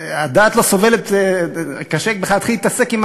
הדעת לא סובלת, קשה בכלל להתחיל להתעסק עם